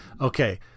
okay